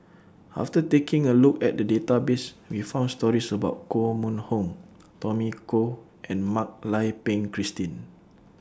after taking A Look At The Database We found stories about Koh Mun Hong Tommy Koh and Mak Lai Peng Christine